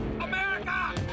America